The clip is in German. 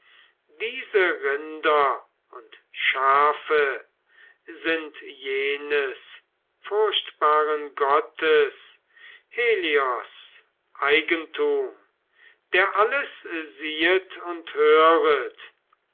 diese rinder und schafe sind jenes furchtbaren gottes helios eigentum der alles siehet und höret